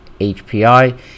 HPI